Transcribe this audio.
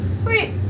Sweet